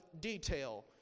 detail